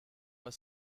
were